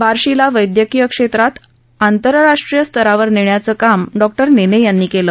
बार्शीला वैद्यकीय क्षेत्रात आंतरराष्ट्रीय स्तरावर नेण्याचं काम डॉक्टर नेने यांनी केलं